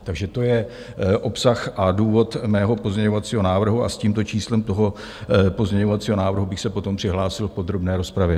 Takže to je obsah a důvod mého pozměňovacího návrhu a s tímto číslem toho pozměňovacího návrhu bych se potom přihlásil v podrobné rozpravě.